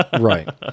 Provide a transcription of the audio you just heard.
right